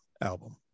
album